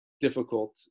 difficult